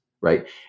right